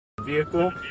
Vehicle